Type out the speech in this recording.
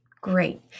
Great